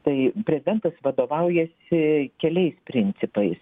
tai prezidentas vadovaujasi keliais principais